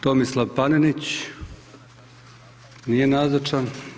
Tomislav Panenić, nije nazočan.